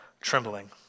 trembling